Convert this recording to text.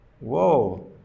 whoa